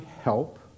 help